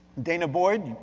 danah boyd,